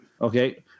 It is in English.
Okay